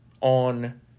on